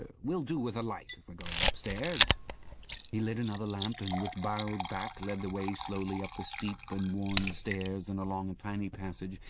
ah we'll do with a light if we're going upstairs he lit another lamp, and, with bowed back, led the way slowly up the steep and worn stairs and along a tiny passage,